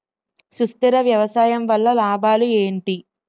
సుస్థిర వ్యవసాయం వల్ల లాభాలు ఏంటి?